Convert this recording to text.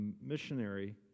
missionary